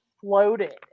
Floated